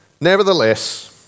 Nevertheless